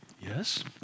Yes